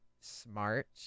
smart